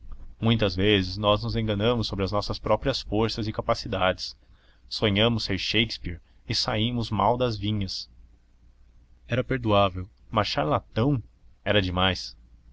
muitas vezes nós nos enganamos sobre as nossas próprias forças e capacidades sonhamos ser shakespeare e saímos mal das vinhas era perdoável mas charlatão era demais